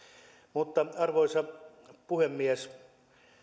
mutta arvoisa puhemies